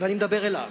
אני מדבר אליו.